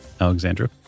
Alexandra